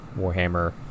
Warhammer